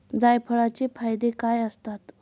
जायफळाचे फायदे काय असतात?